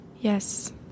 Yes